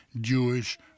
Jewish